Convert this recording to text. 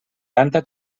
tanta